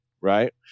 right